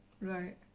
right